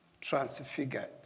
transfigured